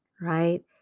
right